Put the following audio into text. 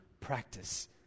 practice